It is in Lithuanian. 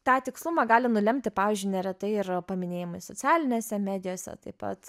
tą tikslumą gali nulemti pavyzdžiui neretai ir paminėjimai socialinėse medijose taip pat